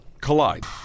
collide